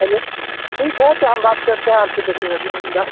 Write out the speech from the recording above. hello ठीक है तो हम बात करते हैं आप से दस मिनट में हम दा